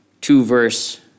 two-verse